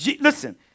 listen